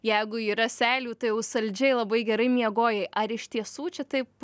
jeigu yra seilių tai jau saldžiai labai gerai miegojai ar iš tiesų čia taip